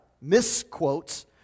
misquotes